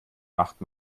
macht